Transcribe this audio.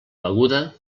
beguda